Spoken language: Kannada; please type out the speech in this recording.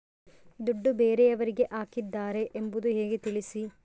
ದುಡ್ಡು ಬೇರೆಯವರಿಗೆ ಹಾಕಿದ್ದಾರೆ ಎಂಬುದು ಹೇಗೆ ತಿಳಿಸಿ?